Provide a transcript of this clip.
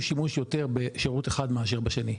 שימוש יותר בשירות אחד יותר מאשר השני.